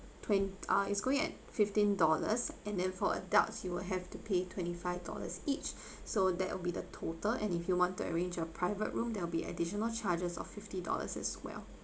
twen~ uh is going at fifteen dollars and then for adults you will have to pay twenty five dollars each so that will be the total and if you want to arrange a private room there will be additional charges of fifty dollars as well